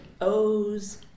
o's